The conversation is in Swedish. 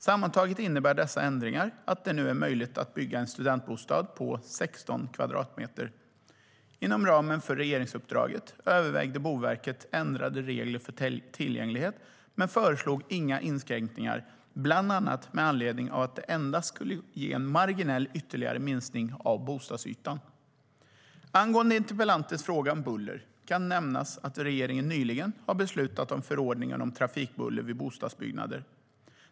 Sammantaget innebär dessa ändringar att det nu är möjligt att bygga en studentbostad på 16 kvadratmeter. Inom ramen för regeringsuppdraget övervägde Boverket ändrade regler för tillgänglighet men föreslog inga inskränkningar, bland annat med anledning av att det endast skulle ge en marginell ytterligare minskning av bostadsytan. Angående interpellantens fråga om buller kan nämnas att regeringen nyligen har beslutat om förordningen om trafikbuller vid bostadsbyggnader.